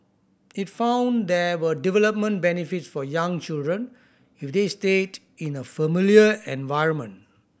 it found there were developmental benefits for young children if they stayed in a familiar environment